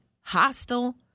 hostile